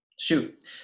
shoot